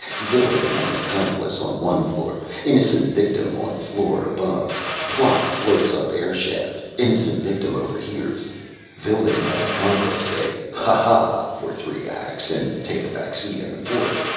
villain and accomplice on one floor, innocent victim on floor above. plot floats up air-shaft. innocent victim overhears villain and accomplice say ha ha for three acts and take a back seat in the fourth,